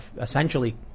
essentially